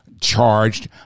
charged